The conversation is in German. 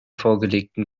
vorgelegten